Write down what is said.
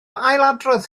ailadrodd